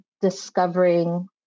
discovering